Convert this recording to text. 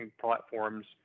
platforms